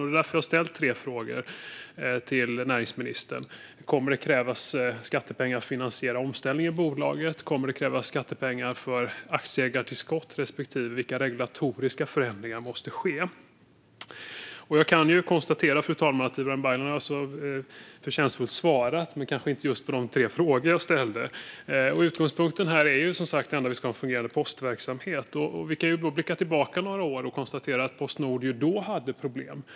Det är därför jag har ställt tre frågor till näringsministern: Kommer det att krävas skattepengar för att finansiera omställningen i bolaget? Kommer det att krävas skattepengar för aktieägartillskott? Vilka regulatoriska förändringar måste ske? Jag kan konstatera, fru talman, att Ibrahim Baylan har svarat förtjänstfullt men kanske inte på de tre frågor jag ställde. Utgångspunkten här är ju att vi ska ha en fungerande postverksamhet. Vi kan blicka tillbaka några år och konstatera att Postnord hade problem även då.